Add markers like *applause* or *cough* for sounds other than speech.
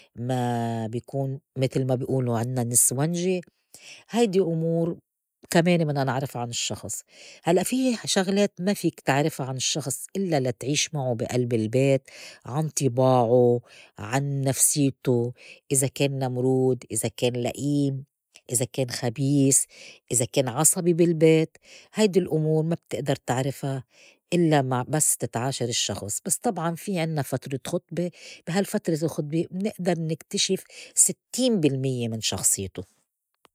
ما *hesitation* بيكون متل ما بي ئولوا عنّا نِسونجي، هيدي أمور كمان بدنا نعرفا عن الشّخص. هلّأ في شغلات ما فيك تعرفا عن الشّخص إلّا لتعيش معو بي ألب البيت، عن طِباعو، عن نفسيتو، إذا كان نمرود، إذا كان لئيم، إذا كان خبيس، إذا كان عصبي بالبيت، هيدي الأمور ما بتئدر تعرفا الّا ما بس تتعاشر الشّخص. بس طبعاً في عنّا فترة خطبة بي هالفترة الخطبة منئدر نكتشف ستّين بالميّة من شخصيته.